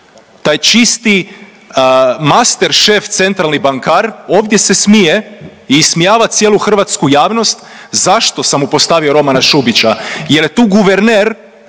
Taj čisti master šef, centralni bankar ovdje se smije i ismijava cijelu hrvatsku javnost. Zašto sam mu postavio Romana Šubića? Jer je tu guverner,